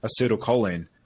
acetylcholine